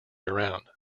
around